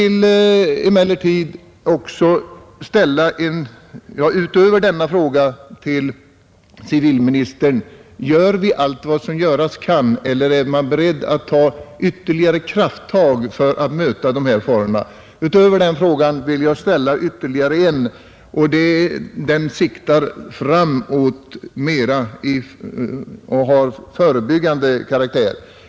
Utöver frågan om vi gör allt vad som kan göras eller om man är beredd att ta ytterligare krafttag för att möta farorna vill jag ställa ytterligare en, som siktar framåt och mera handlar om förebyggande åtgärder.